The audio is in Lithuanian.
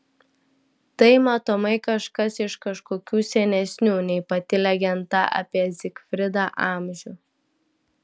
tai matomai kažkas iš kažkokių senesnių nei pati legenda apie zigfridą amžių